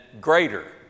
greater